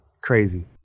Crazy